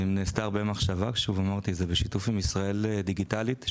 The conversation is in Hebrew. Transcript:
נעשתה מחשבה רבה בשיתוף ישראל דיגיטלית,